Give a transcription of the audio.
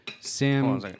Sam